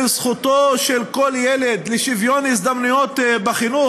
זכותו של כל ילד לשוויון הזדמנויות בחינוך?